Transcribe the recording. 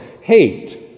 hate